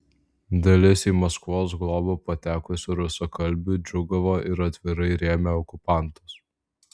dalis į maskvos globą patekusių rusakalbių džiūgavo ir atvirai rėmė okupantus